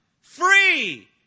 Free